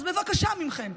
אז בבקשה מכם,